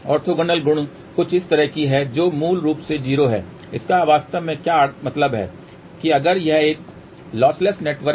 orthogonal गुण कुछ इसी तरह की है जो मूल रूप से 0 है इसका वास्तव में क्या मतलब है कि अगर यह एक लॉसलेस नेटवर्क है